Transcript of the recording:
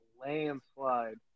landslide